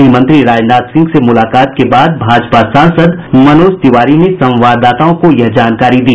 गृहमंत्री राजनाथ सिंह से मुलाकात के बाद भाजपा सांसद मनोज तिवारी ने संवाददाताओं को यह जानकारी दी